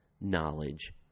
knowledge